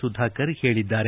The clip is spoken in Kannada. ಸುಧಾಕರ್ ಹೇಳಿದ್ದಾರೆ